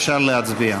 אפשר להצביע.